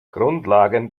grundlagen